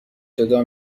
جدا